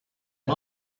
amb